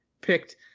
picked